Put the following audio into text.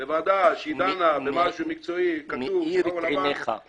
בוועדה שדנה במשהו מקצועי לחלוטין שכתוב בשחור על גבי לבן,